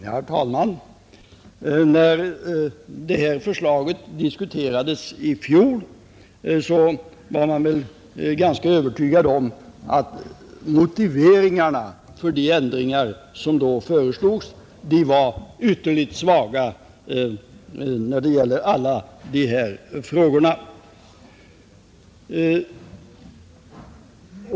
Herr talman! När det här förslaget diskuterades i fjol, fann jag motiveringarna för de ändringar som då föreslogs vara ytterligt svaga beträffande alla dessa frågor.